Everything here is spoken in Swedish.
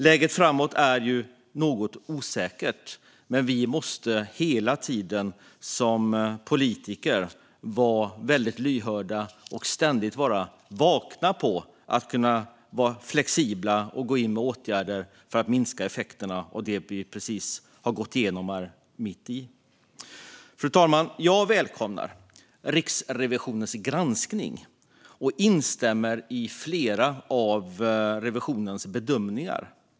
Läget framöver är något osäkert, men vi måste hela tiden som politiker vara väldigt lyhörda och ständigt vara flexibla och beredda att gå in med åtgärder för att minska effekterna av det vi precis har gått igenom. Fru talman! Jag välkomnar Riksrevisionens granskning och instämmer i flera av revisionens bedömningar.